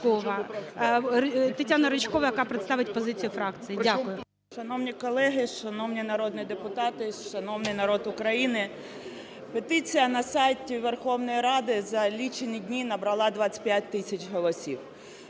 Тетяна Ричкова, яка представить позицію фракції. Дякую. 11:31:06 РИЧКОВА Т.Б. Шановні колеги, шановні народні депутати, шановний народ України, петиція на сайті Верховної Ради за лічені дні набрала 25 тисяч голосів.